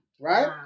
Right